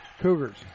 Cougars